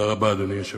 אדוני היושב-ראש,